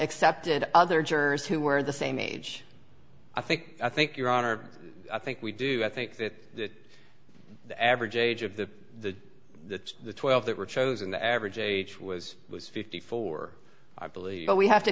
accepted other jurors who were the same age i think i think your honor i think we do i think that the average age of the the the twelve that were chosen the average age was was fifty four i believe but we have to